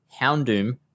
Houndoom